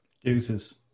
Deuces